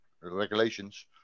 regulations